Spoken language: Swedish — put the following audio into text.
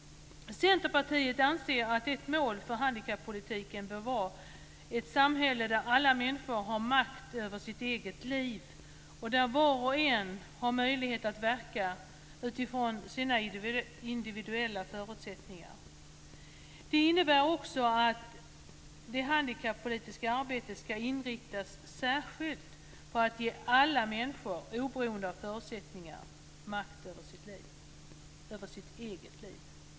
Centerpartiet anser att ett mål för handikappolitiken bör vara ett samhälle där alla människor har makt över sitt eget liv och där var och en har möjlighet att verka utifrån sina individuella förutsättningar. Det innebär också att det handikappolitiska arbetet ska inriktas särskilt på att ge alla människor, oberoende av förutsättningar, makt över sitt eget liv.